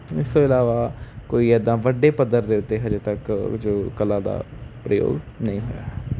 ਇਸ ਤੋਂ ਇਲਾਵਾ ਕੋਈ ਇੱਦਾਂ ਵੱਡੇ ਪੱਧਰ ਦੇ ਉੱਤੇ ਹਜੇ ਤੱਕ ਜੋ ਕਲਾ ਦਾ ਪ੍ਰਯੋਗ ਨਹੀਂ ਹੋਇਆ ਹੈ